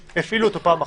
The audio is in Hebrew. אחת.